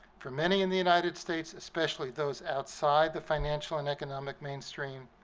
for many in the united states, especially those outside the financial and economic mainstream,